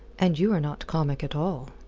and you are not comic at all.